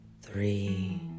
Three